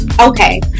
okay